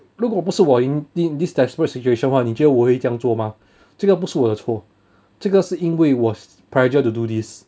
如果不是我 in this desperate situation 的话你觉得我会这样做 mah 这个不是我的错这个是因为 was pressure to do this